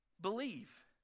believe